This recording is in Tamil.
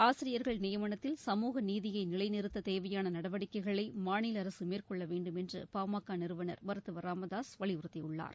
ஆசிரியர் நியமனத்தில் சமூக நீதியை நிலைநிறுத்த தேவையான நடவடிக்கைகளை மாநில அரசு மேற்கொள்ள வேண்டும் என்று பாமக நிறுவனர் மருத்துவர் ச ராமதாசு வலியுறுத்தியுள்ளார்